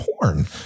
porn